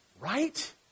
Right